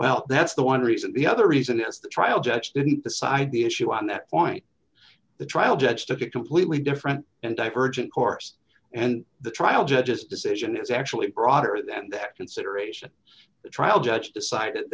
well that's the one reason the other reason is the trial judge didn't decide the issue on that point the trial judge took a completely different and divergent course and the trial judge's decision is actually broader than that consideration the trial judge decided